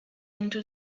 into